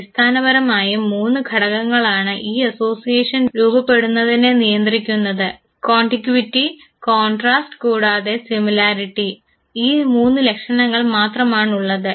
അടിസ്ഥാനപരമായും മൂന്ന് ഘടകങ്ങളാണ് ഈ അസോസിയേഷൻ രൂപപ്പെടുന്നതിനെ നിയന്ത്രിക്കുന്നത് കോണ്ടിഗ്വിറ്റി കോൺട്രാസ്റ് കൂടാതെ സിമിലാരിറ്റി ഈ മൂന്ന് ലക്ഷണങ്ങൾ മാത്രമാണുള്ളത്